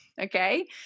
Okay